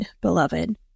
beloved